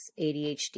ADHD